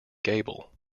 gable